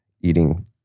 eating